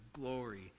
glory